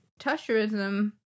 Tusherism